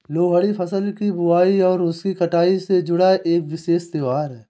लोहड़ी फसल की बुआई और उसकी कटाई से जुड़ा एक विशेष त्यौहार है